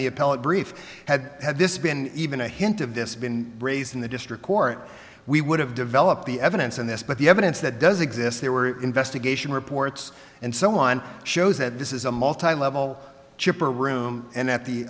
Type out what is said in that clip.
appellate brief had had this been even a hint of this been raised in the district court we would have developed the evidence on this but the evidence that does exist there were investigation reports and so on shows that this is a multilevel chipper room and at the